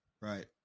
Right